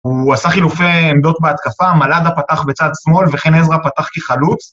הוא עשה חילופי עמדות בהתקפה, מלאדה פתח בצד שמאל, וכן עזרא פתח כחלוץ.